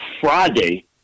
Friday